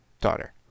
daughter